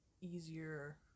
easier